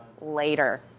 later